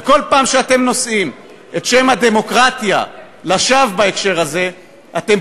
ובכל פעם שאתם נושאים את שם הדמוקרטיה לשווא בהקשר הזה אתם